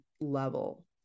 level